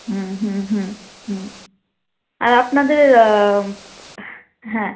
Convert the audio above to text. হুম হুম হুম হুম আর আপনাদের হ্যাঁ